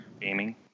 gaming